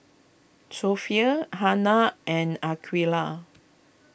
Sofea Hana and Aqilah